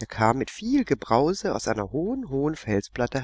der kam mit viel gebrause aus einer hohen hohen felsspalte